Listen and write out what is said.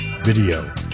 video